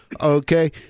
okay